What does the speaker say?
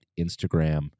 Instagram